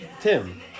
Tim